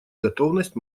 готовность